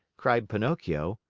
cried pinocchio.